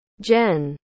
Jen